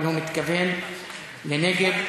אבל הוא מתכוון לנגד,